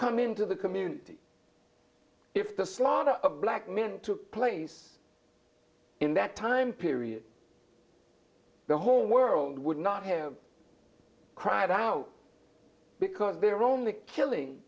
come into the community if the slaughter of black men took place in that time period the whole world would not have cried out because their only killing